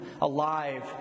alive